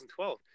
2012